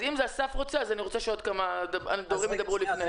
אני רוצה שעוד כמה דוברים ידברו לפניך.